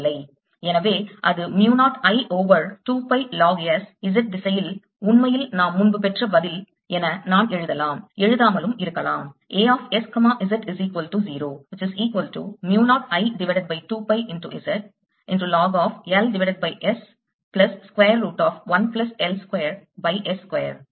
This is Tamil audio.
எனவே அது mu 0 I over 2 pi log S Z திசையில் உண்மையில் நாம் முன்பு பெற்ற பதில் என நான் எழுதலாம் எழுதாமலும் இருக்கலாம்